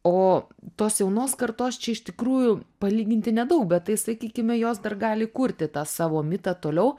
o tos jaunos kartos čia iš tikrųjų palyginti nedaug bet tai sakykime jos dar gali kurti tą savo mitą toliau